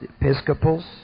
Episcopals